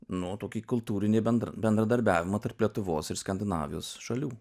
nu tokį kultūrinį bendrą bendradarbiavimą tarp lietuvos ir skandinavijos šalių